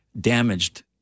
damaged